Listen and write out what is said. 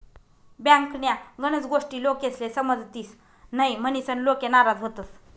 बँकन्या गनच गोष्टी लोकेस्ले समजतीस न्हयी, म्हनीसन लोके नाराज व्हतंस